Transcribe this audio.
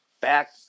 back